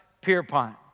Pierpont